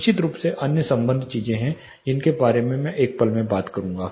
निश्चित रूप से अन्य संबद्ध चीजें हैं जिनके बारे में मैं एक पल में बात करूंगा